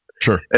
Sure